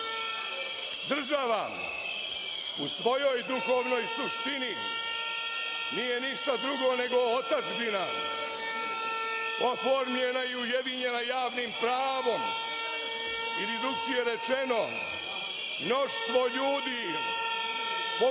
u svojoj duhovnoj suštini nije ništa drugo nego otadžbina oformljena i ujedinjena javnim pravom ili drugačije rečeno mnoštvo ljudi